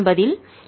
இதுதான் பதில்